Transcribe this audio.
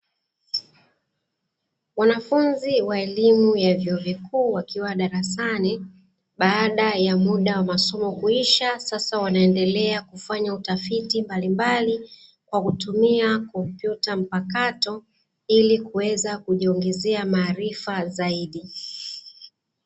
Wanafunzi wa elimu ya vyuo vikuu wakiwa darasani baada ya muda wa masomo kuisha, sasa wanaendelea kufanya utafiti mbalimbali kwa kutumia kompyuta mpakato, ili kuweza kujiongezea maarifa zaidi.